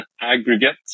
aggregate